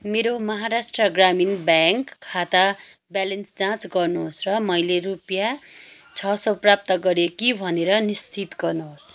मेरो महाराष्ट्र ग्रामीण ब्याङ्क खाता ब्यालेन्स जाँच गर्नुहोस् र मैले रुपियाँ छ सौ प्राप्त गरेँ कि भनेर निश्चित गर्नुहोस्